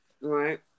right